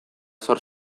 zor